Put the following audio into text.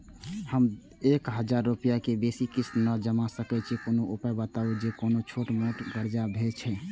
हम एक हजार रूपया से बेसी किस्त नय जमा के सकबे कोनो उपाय बताबु जै से कोनो छोट मोट कर्जा भे जै?